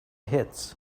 hits